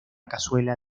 cazuela